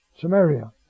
Samaria